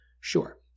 Sure